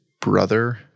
brother